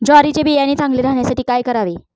ज्वारीचे बियाणे चांगले राहण्यासाठी काय करावे?